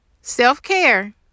self-care